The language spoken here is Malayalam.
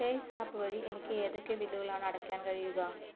പേയ്സാപ്പ് വഴി എനിക്ക് ഏതൊക്കെ ബില്ലുകളാണ് അടയ്ക്കാൻ കഴിയുക